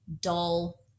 dull